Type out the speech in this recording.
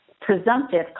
presumptive